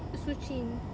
shuqun